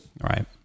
Right